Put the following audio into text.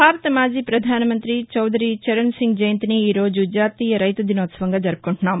భారత మాజీ పధాన మంత్రి చౌదరి చరణ్ సింగ్ జయంతిని ఈరోజు జాతీయ రైతు దినోత్సవంగా జరుపుకుంటున్నాం